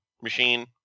machine